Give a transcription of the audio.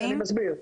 אני מסביר.